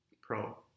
Pro